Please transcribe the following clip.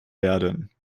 werden